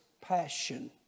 passion